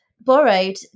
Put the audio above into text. borrowed